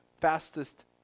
fastest